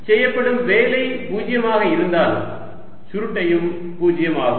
செய்யப்படும் வேலை பூஜ்ஜியமாக இருந்தால் சுருட்டையும் பூஜ்ஜியமாகும்